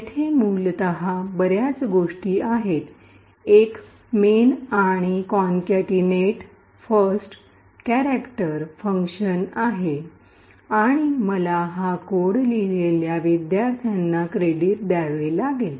तेथे मूलत बर्याच गोष्टी आहेत एक मेन होता आणि तेथे एक concatenate first char concatenate first chars function होते आणि मला हा कोड लिहिलेल्या विद्यार्थ्यांना क्रेडिट द्यावे लागेल